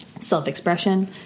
self-expression